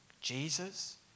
Jesus